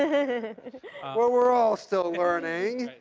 ah well, we're all still learning.